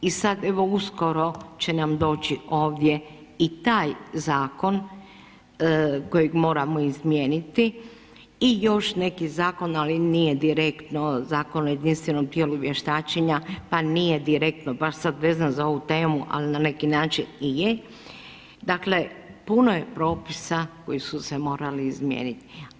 I sad evo uskoro će nam doći ovdje i taj zakon kojeg moramo izmijeniti i još neki zakon, ali nije direktno Zakon o jedinstvenom tijelu vještačenja pa nije direktno baš sad vezan za ovu temu, ali na neki način i je, dakle puno je propisa koji su se morali izmijeniti.